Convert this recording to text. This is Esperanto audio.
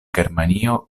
germanio